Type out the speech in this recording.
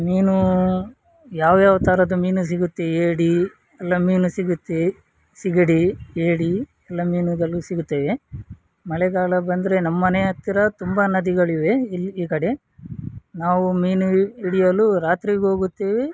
ಮೀನು ಯಾವ್ಯಾವ ಥರದ ಮೀನು ಸಿಗುತ್ತೆ ಏಡಿ ಎಲ್ಲ ಮೀನು ಸಿಗುತ್ತೆ ಸೀಗಡಿ ಏಡಿ ಎಲ್ಲ ಮೀನುಗಳು ಸಿಗುತ್ತವೆ ಮಳೆಗಾಲ ಬಂದರೆ ನಮ್ಮನೆ ಹತ್ತಿರ ತುಂಬ ನದಿಗಳಿವೆ ಇಲ್ಲಿ ಈ ಕಡೆ ನಾವು ಮೀನು ಹಿಡಿಯಲು ರಾತ್ರಿ ಹೋಗುತ್ತೇವೆ